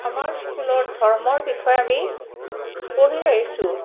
আমাৰ স্কুলত ধৰ্মৰ বিষয়ে আমি পঢ়ি আহিছোঁ